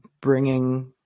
bringing